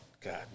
God